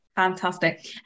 Fantastic